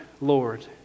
Lord